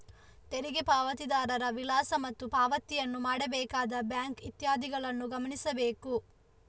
ತೆರಿಗೆ ಪಾವತಿದಾರರ ವಿಳಾಸ ಮತ್ತು ಪಾವತಿಯನ್ನು ಮಾಡಬೇಕಾದ ಬ್ಯಾಂಕ್ ಇತ್ಯಾದಿಗಳನ್ನು ಗಮನಿಸಬೇಕು